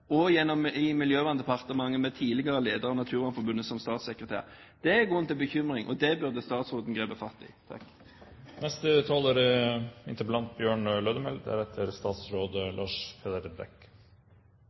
i Miljøverndepartementet, med tidligere leder av Naturvernforbundet som statssekretær. Det gir grunn til bekymring, og det burde statsråden grepet fatt i.